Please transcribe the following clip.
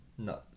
No